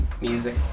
music